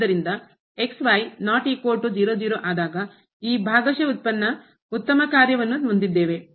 ಆದ್ದರಿಂದ ಆದಾಗ ಈ ಭಾಗಶಃ ಉತ್ಪನ್ನ ಉತ್ತಮ ಕಾರ್ಯವನ್ನು ಹೊಂದಿದ್ದೇವೆ